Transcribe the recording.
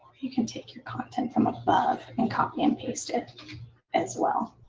you can take your content from above and copy and paste it as well.